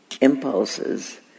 impulses